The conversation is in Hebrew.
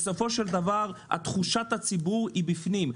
בסופו של דבר תחושת הציבור היא בפנים.